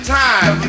time